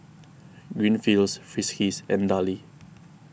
Greenfields Friskies and Darlie